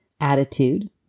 attitude